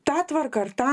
tą tvarką ar tą